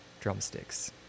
drumsticks